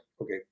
okay